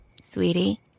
Sweetie